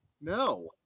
No